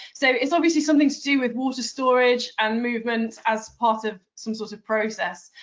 so it's obviously something to do with water storage and movements as part of some sort of process.